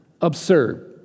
absurd